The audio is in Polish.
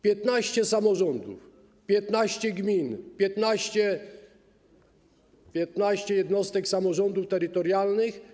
15 samorządów, 15 gmin, 15 jednostek samorządów terytorialnych.